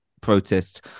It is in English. protest